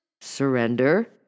surrender